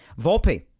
Volpe